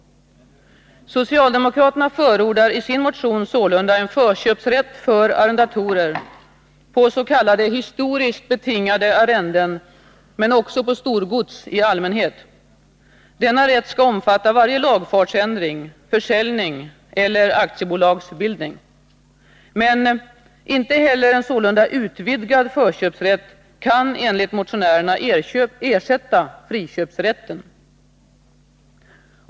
Socialdemokraterna förordar i sin motion sålunda en förköpsrätt för arrendatorer på s.k. historiskt betingade arrenden, men också på storgods i allmänhet. Denna rätt skall omfatta varje lagfartsändring, försäljning eller aktiebolagsbildning. Men — inte heller en sålunda utvidgad förköpsrätt kan enligt motionärerna ersätta friköpsrätten.